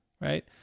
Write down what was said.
right